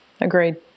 Agreed